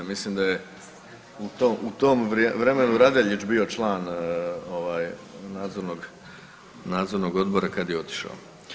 Mislim da je u tom vremenu Radeljić bio član nadzornog odbora kad je otišao.